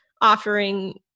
offering –